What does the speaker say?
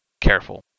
careful